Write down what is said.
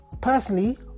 personally